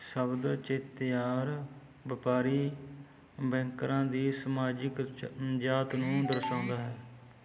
ਸ਼ਬਦ ਚੇਤੇਆਰ ਵਪਾਰੀ ਬੈਂਕਰਾਂ ਦੀ ਸਮਾਜਿਕ ਜ ਜਾਤ ਨੂੰ ਦਰਸਾਉਂਦਾ ਹੈ